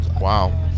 wow